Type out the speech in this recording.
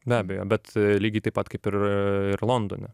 be abejo bet lygiai taip pat kaip ir ir londone